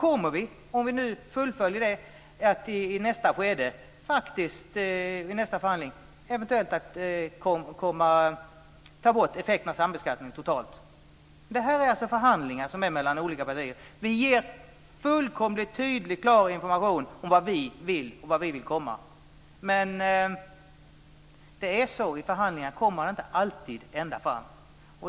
Om vi nu fullföljer det kommer vi i nästa skede, i nästa förhandling, eventuellt att ta bort effekterna av sambeskattningen totalt. Det är alltså förhandlingar mellan olika partier. Vi ger fullkomligt tydlig och klar information om vad vi vill och vart vi vill komma. Men i förhandlingar kommer man inte alltid ända fram.